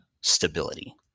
stability